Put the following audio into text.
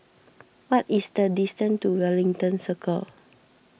what is the distance to Wellington Circle